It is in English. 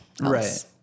Right